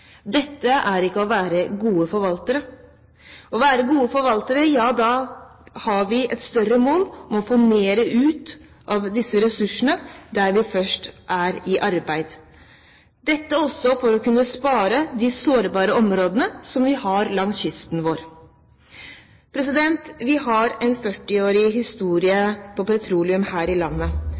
Dette er ikke å være gode forvaltere. Å være gode forvaltere er å ha et større mål om å få mer ut av disse ressursene der vi først er i arbeid – også for å kunne spare de sårbare områdene som vi har langs kysten vår. Vi har en 40-årig historie med petroleum her i landet.